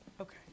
Okay